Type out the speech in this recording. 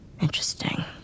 Interesting